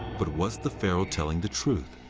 but was the pharaoh telling the truth?